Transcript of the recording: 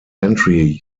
entry